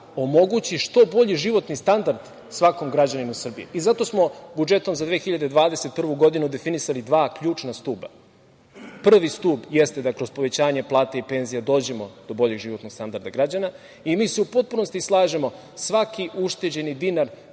omogući što bolji životni standard svakom građaninu Srbije. I zato smo budžetom za 2021. godinu definisali dva ključna stuba. Prvi stub jeste, dakle, uz povećanje plate i penzija, da dođemo do boljeg životnog standarda građana i mi se u potpunosti slažemo, svaki ušteđeni dinar